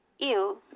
ill